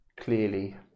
clearly